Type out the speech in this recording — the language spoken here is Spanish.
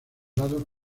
lados